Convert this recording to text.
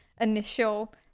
initial